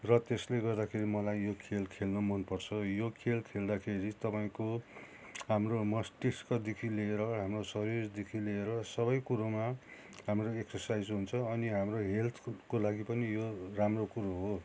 र त्यसले गर्दाखेरि मलाई यो खेल खेल्नु मनपर्छ यो खेल खेल्दाखेरि तपाईँको हाम्रो मस्तिष्कदेखि लिएर शरीरदेखि लिएर सबै कुरोमा हाम्रो एक्सर्साइज हुन्छ अनि हाम्रो हेल्थको लागि पनि यो राम्रो कुरो हो